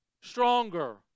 stronger